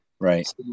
Right